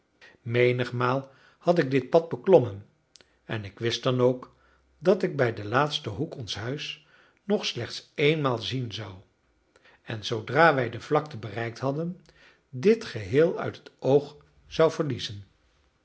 menigmaal had ik dit pad beklommen en ik wist dan ook dat ik bij den laatsten hoek ons huis nog slechts eenmaal zien zou en zoodra wij de vlakte bereikt hadden dit geheel uit het oog zou verliezen